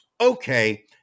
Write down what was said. okay